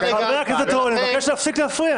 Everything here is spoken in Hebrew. חבר הכנסת רול, אני מבקש להפסיק להפריע.